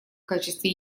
качестве